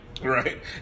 right